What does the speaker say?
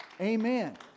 Amen